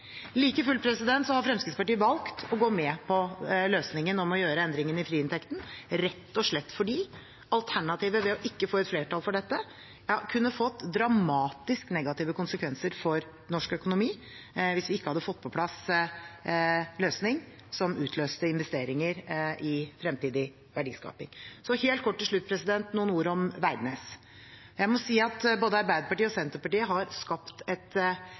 har Fremskrittspartiet valgt å gå med på løsningen om å gjøre endringene i friinntekten, rett og slett fordi alternativet ved ikke å få et flertall for dette kunne fått dramatisk negative konsekvenser for norsk økonomi, hvis vi ikke hadde fått på plass en løsning som utløser investeringer i fremtidig verdiskaping. Helt kort til slutt noen ord om Veidnes: Både Arbeiderpartiet og Senterpartiet har skapt et